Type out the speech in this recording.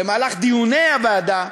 שבמהלך דיוני הוועדה,